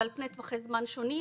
ועל פני טווחי זמן שונים.